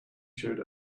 showed